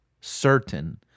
certain